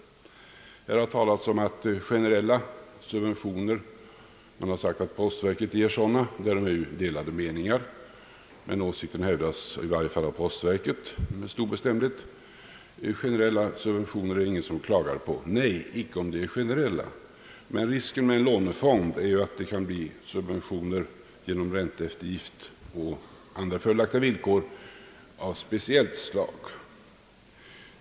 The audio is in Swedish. Här har talats om generella subventioner. Man har sagt att postverket ger sådana; därom råder delade meningar, men åsikten hävdas i varje fall av postverket med stor bestämdhet. Generella subventioner är det ingen som klagar på. Nej, icke om de är generella, men risken med en lånefond är att det kan bli fråga om speciella subventioner, genom ränteeftergift och andra fördelaktiga villkor av speciellt slag.